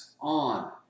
on